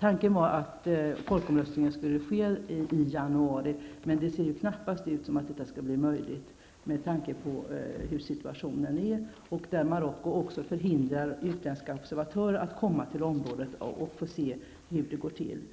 Tanken var att folkomröstningen skulle ske i januari, men det ser ju knappast ut som om detta skulle bli möjligt, med tanke på den situation som råder. Marocko hindrar också utländska observatörer från att komma till området för att se hur det går till.